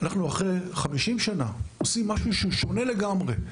אחרי 50 שנים אנחנו עושים משהו שהוא שונה לגמרי.